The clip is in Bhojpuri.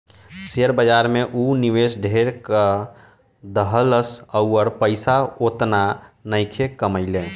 शेयर बाजार में ऊ निवेश ढेर क देहलस अउर पइसा ओतना नइखे कमइले